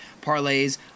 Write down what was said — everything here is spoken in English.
parlays